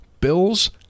Bills